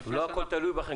לא הכול תלוי בכם.